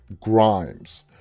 Grimes